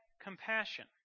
compassion